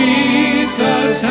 Jesus